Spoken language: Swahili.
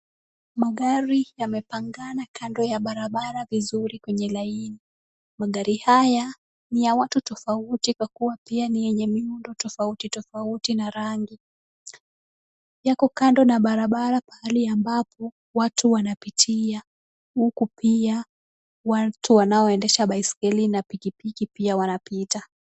Magari yamepangana kando ya barabara vizuri kwenye laini. Magari haya ni ya watu tofauti kwa kua pia ni yenye miundo tofauti tofauti na rangi. Yako kando na barabara pahali ambapo watu wanapitia huku pia watu wanaoendesha baiskeli na pikipiki pia wanapita.